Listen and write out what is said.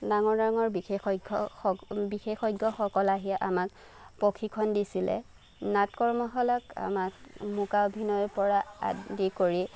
ডাঙৰ ডাঙৰ বিশেষজ্ঞ স বিশেষজ্ঞসকল আহি আমাক প্ৰশিক্ষণ দিছিলে নাট কৰ্মশালাত আমাক মুকাভিনয়ৰ পৰা আদি কৰি